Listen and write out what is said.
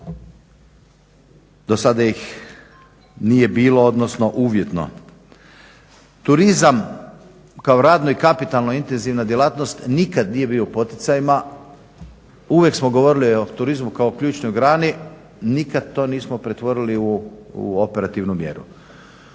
Do sada ih nije bilo, odnosno uvjetno. Turizam kao radno i kapitalno intenzivna djelatnost nikad nije bio u poticajima, uvijek smo govorili o turizmu kao ključnoj grani. Nikad to nismo pretvorili u operativnu mjeru.